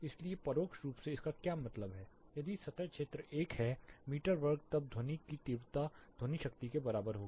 इसलिए परोक्ष रूप से इसका क्या मतलब है यदि सतह क्षेत्र 1 है मीटर वर्ग तब ध्वनि की तीव्रता ध्वनि शक्ति के बराबर होगी